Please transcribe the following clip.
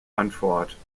antwort